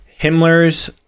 Himmler's